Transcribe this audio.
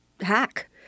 hack